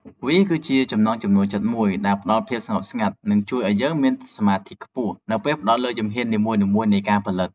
វាគឺជាចំណង់ចំណូលចិត្តមួយដែលផ្ដល់ភាពស្ងប់ស្ងាត់ និងជួយឱ្យយើងមានសមាធិខ្ពស់នៅពេលផ្ដោតលើជំហាននីមួយៗនៃការផលិត។